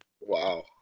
Wow